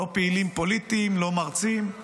לא לפעילים פוליטיים, לא למרצים,